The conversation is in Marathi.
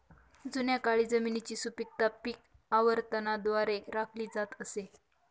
जुन्या काळी जमिनीची सुपीकता पीक आवर्तनाद्वारे राखली जात असे